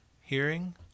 hearing